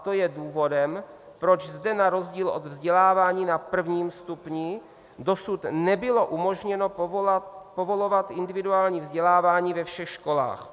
To je důvodem, proč zde na rozdíl od vzdělávání na prvním stupni dosud nebylo umožněno povolovat individuální vzdělávání ve všech školách.